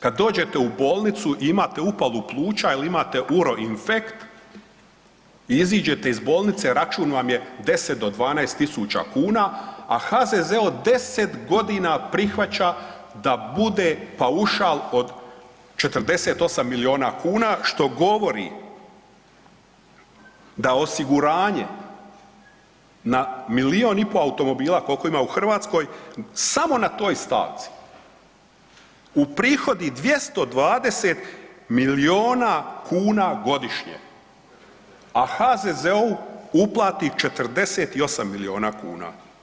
Kada dođete u bolnicu i imate upalu pluća ili imate uroinfekt i iziđete iz bolnice, račun vam je 10 do 12.000 kuna, a HZZO prihvaća da bude paušal od 48 milijuna kuna što govori da osiguranje na milijun i pol automobila koliko ima u Hrvatskoj samo na toj stavci uprihodi 220 milijuna kuna godišnje, a HZZ0-u uplati 48 milijuna kuna.